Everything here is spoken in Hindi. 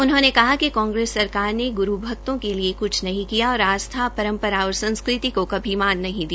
उन्होंने कहा कि कांग्रेस सरकार ने ग्रू भक्तों के लिए क्छ नहीं किया और आस्था परम्परा और संस्कृति को कभी मान नहीं दिया